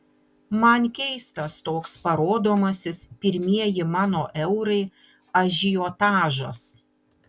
man keistas toks parodomasis pirmieji mano eurai ažiotažas